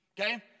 okay